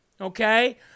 okay